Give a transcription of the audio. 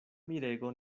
mirego